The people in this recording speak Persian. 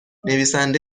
نویسنده